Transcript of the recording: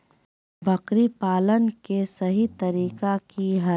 बकरी पालन के सही तरीका की हय?